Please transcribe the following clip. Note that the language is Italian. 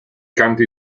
canti